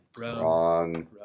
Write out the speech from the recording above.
Wrong